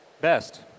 Best